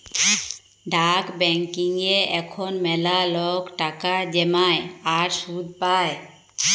ডাক ব্যাংকিংয়ে এখল ম্যালা লক টাকা জ্যমায় আর সুদ পায়